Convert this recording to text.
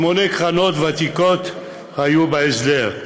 שמונה קרנות ותיקות היו בהסדר: